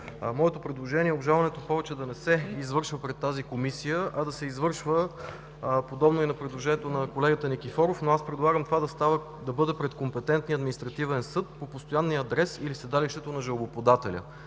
Моето предложение е обжалването повече да не се извършва пред тази Комисия – подобно и на предложението на колегата Никифоров. Предлагам това да бъде пред компетентния Административен съд по постоянният адрес или седалището на жалбоподателя.